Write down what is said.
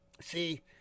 See